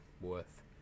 worth